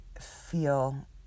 feel